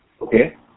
Okay